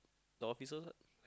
the officers ah